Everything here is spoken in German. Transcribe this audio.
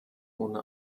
ohne